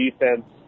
defense